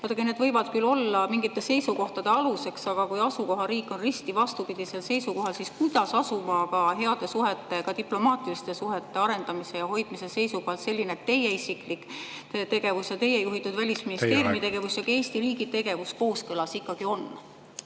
need võivad küll olla mingite seisukohtade aluseks, aga kui asukohariik on risti vastupidisel seisukohal, siis kuidas asukohamaaga heade suhete, ka diplomaatiliste suhete arendamise ja hoidmise seisukohalt selline teie isiklik tegevus ja teie juhitud Välisministeeriumi tegevus ja Eesti riigi tegevus ikkagi